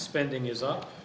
spending is up